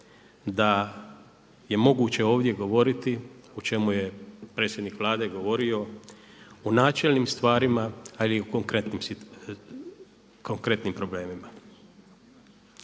da je moguće ovdje govoriti o čemu je predsjednik Vlade govorio o načelnim stvarima ali o konkretnim problemima.